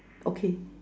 okay